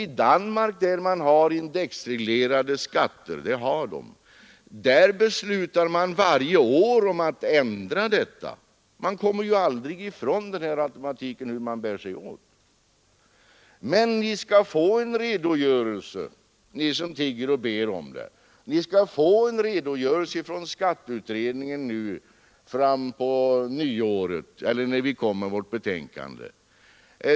I Danmark, där man har indexreglerade skatter, beslutar man varje år om att ändra uttagningsprocenten. Man kommer ju aldrig ifrån den här automatiken, hur man än bär sig åt. Men ni skall få en redogörelse, ni som tigger och ber om det, när vi inom skatteutredningen nu kommer med vårt betänkande.